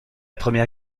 première